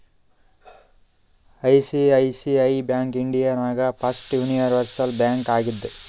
ICICI bank India ನಾಗ್ first universal bank ಆಗಿದ್ದು